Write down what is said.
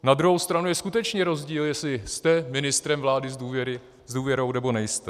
Na druhou stranu je skutečně rozdíl, jestli jste ministrem vlády s důvěrou, nebo nejste.